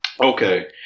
okay